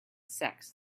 sex